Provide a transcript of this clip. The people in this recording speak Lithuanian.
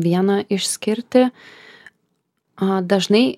vieną išskirti a dažnai